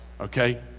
okay